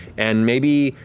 and maybe,